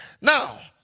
Now